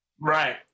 Right